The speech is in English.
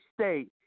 State